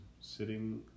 sitting